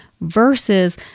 versus